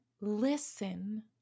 listen